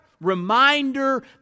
reminder